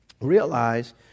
realize